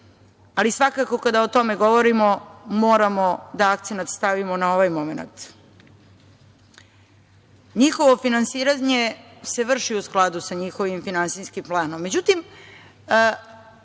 ali svakako kada o tome govorimo moramo da akcenat stavimo na ovaj momenat. Njihovo finansiranje se vrši u skladu sa njihovim finansijskim planom. Međutim,